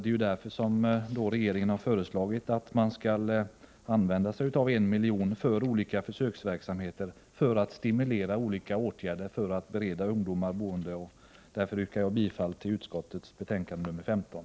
Det är därför som regeringen har föreslagit att 1 milj.kr. skall användas till olika försöksverksamheter i syfte att stimulera till åtgärder för att bereda ungdomar bostäder. Därför yrkar jag bifall till utskottets hemställan i betänkande nr 15.